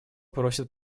просит